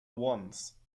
once